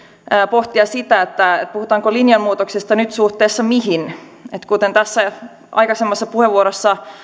pohtia sitä puhutaanko linjanmuutoksesta nyt suhteessa mihin kuten tässä aikaisemmassa puheenvuorossa